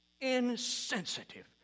insensitive